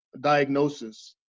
diagnosis